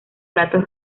platos